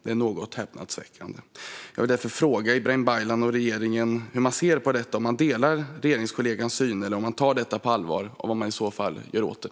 Det är något häpnadsväckande. Jag vill därför fråga Ibrahim Baylan och regeringen hur man ser på detta, om man delar regeringskollegans syn eller om man tar detta på allvar och vad man i så fall gör åt det.